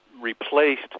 replaced